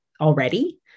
already